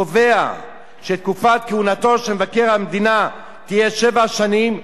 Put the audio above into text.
קובע שתקופת כהונתו של מבקר המדינה תהיה שבע שנים,